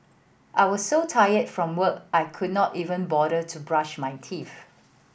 I was so tired from work I could not even bother to brush my teeth